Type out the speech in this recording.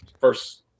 first